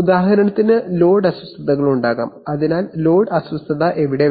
ഉദാഹരണത്തിന് ലോഡ് അസ്വസ്ഥതകൾ ഉണ്ടാകാം അതിനാൽ ലോഡ് അസ്വസ്ഥത എവിടെ വരുന്നു